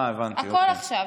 הכול עכשיו.